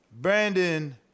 Brandon